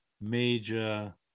major